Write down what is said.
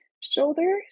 shoulder